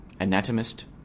anatomist